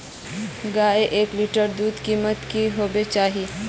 गायेर एक लीटर दूधेर कीमत की होबे चही?